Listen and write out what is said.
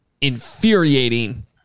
infuriating